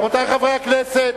רבותי חברי הכנסת,